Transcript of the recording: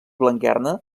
blanquerna